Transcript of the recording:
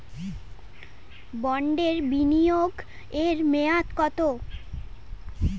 বন্ডে বিনিয়োগ এর মেয়াদ কত?